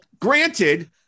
Granted